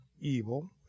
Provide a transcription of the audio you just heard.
evil